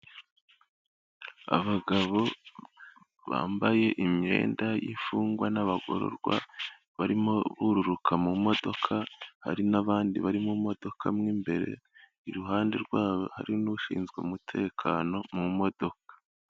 Abagabo bambaye imyenda y'imfungwa n'abagororwa barimo bururuka mu modoka, hari n'abandi bari mu modoka mo imbere, iruhande rwabo hari n'ushinzwe umutekano mu modoka.